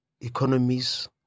economies